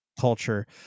culture